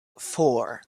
four